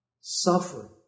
suffering